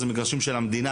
אלה מגרשים של המדינה,